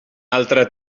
altre